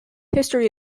history